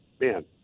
man